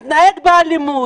מתנהג באלימות